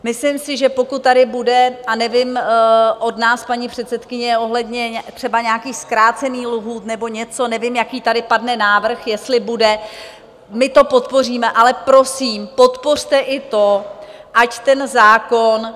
Myslím si, že pokud tady bude, a nevím od nás, paní předsedkyně, ohledně třeba nějakých zkrácených lhůt nebo něco, nevím, jaký tady padne návrh, jestli bude, my to podpoříme, ale prosím, podpořte i to, ať ten zákon